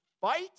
fight